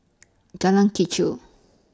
Jalan Kechil